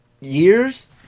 years